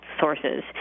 sources